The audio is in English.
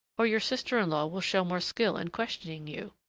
or your sister-in-law will show more skill in questioning you.